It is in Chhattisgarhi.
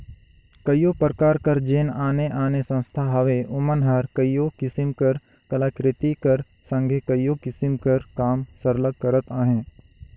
कइयो परकार कर जेन आने आने संस्था हवें ओमन हर कइयो किसिम कर कलाकृति कर संघे कइयो किसिम कर काम सरलग करत अहें